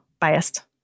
biased